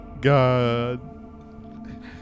god